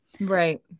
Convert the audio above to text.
Right